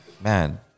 man